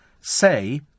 say